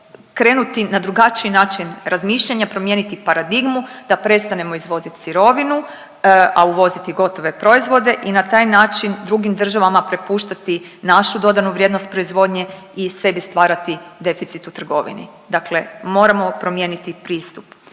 krenuti na drugačiji način razmišljanja, promijeniti paradigmu da prestanemo izvoziti sirovinu, a uvoziti gotove proizvode i na taj način drugim državama prepuštati našu dodanu vrijednost proizvodnje i sebi stvarati deficit u trgovini. Dakle moramo promijeniti pristup.